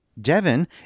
Devon